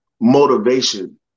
motivation